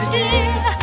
dear